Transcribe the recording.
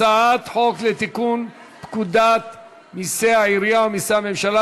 הצעת חוק לתיקון פקודת מסי העירייה ומסי הממשלה